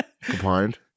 Combined